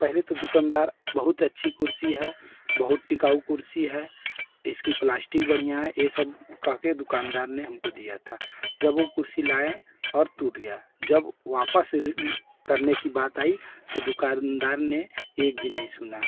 तो पहले तो दुकनदार बहुत अच्छी कुर्सी है बहुत टिकाऊ कुर्सी है इसकी प्लास्टिक बढ़िया है यह सब कहकर दुकानदार ने हमको दिया था जब वह कुर्सी लाये और टूट गया जब वापस करने की बात आई तो दुकानदार ने एक भी नहीं सुना